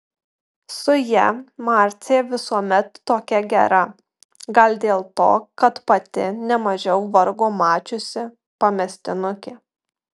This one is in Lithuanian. su ja marcė visuomet tokia gera gal dėl to kad pati nemažiau vargo mačiusi pamestinukė